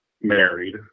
married